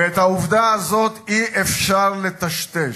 ואת העובדה הזאת אי-אפשר לטשטש.